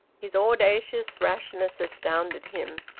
his audacious rashness astounded him.